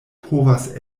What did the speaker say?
povas